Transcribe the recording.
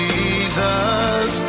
Jesus